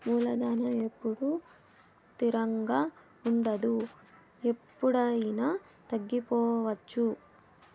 మూలధనం ఎప్పుడూ స్థిరంగా ఉండదు ఎప్పుడయినా తగ్గిపోవచ్చు